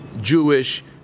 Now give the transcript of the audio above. Jewish